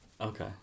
Okay